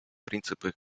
принципы